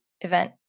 event